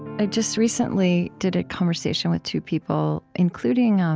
i just recently did a conversation with two people, including um